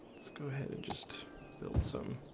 let's go ahead and just build some